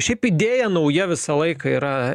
šiaip idėja nauja visą laiką yra